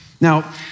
Now